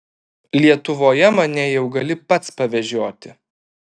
lietuvoje mane jau gali pats pavežioti